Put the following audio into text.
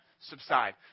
subside